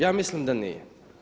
Ja mislim da nije.